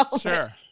sure